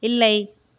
இல்லை